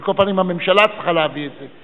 על כל פנים, הממשלה צריכה להביא את זה.